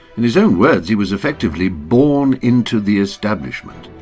in his own words he was effectively born into the establishment.